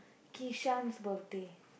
Kishan's birthday